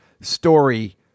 story